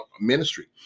ministry